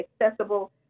accessible